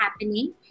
happening